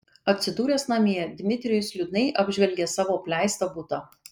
atsidūręs namie dmitrijus liūdnai apžvelgė savo apleistą butą